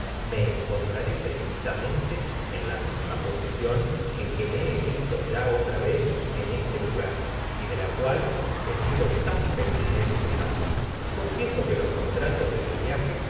me encontrare precisamente en la misma posicion en que me he visto ya otra vez en este lugar y de la cual he sido tan felizmente salvado content from google book search generated at confieso que los contratos de mi viaje